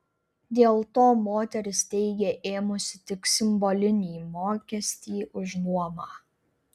dėl to moteris teigia ėmusi tik simbolinį mokestį už nuomą